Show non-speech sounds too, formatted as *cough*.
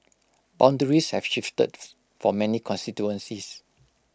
boundaries have shifted *hesitation* for many constituencies